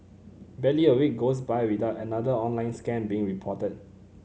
barely a week goes by without another online scam being reported